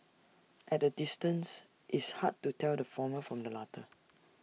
at A distance it's hard to tell the former from the latter